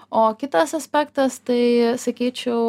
o kitas aspektas tai sakyčiau